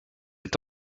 est